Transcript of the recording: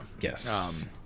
Yes